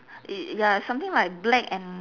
it ya something like black and